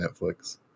Netflix